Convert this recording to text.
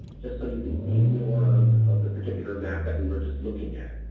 just so you can see more of of the particular map that we were just looking at.